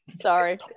Sorry